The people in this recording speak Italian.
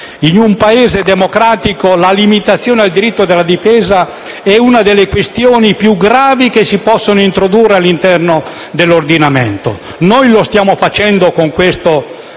In un Paese democratico, la limitazione del diritto alla difesa è una delle questioni più gravi che si possano introdurre all'interno dell'ordinamento. Noi lo stiamo facendo con questo